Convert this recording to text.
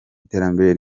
iterambere